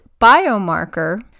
biomarker